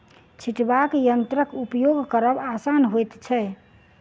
छिटबाक यंत्रक उपयोग करब आसान होइत छै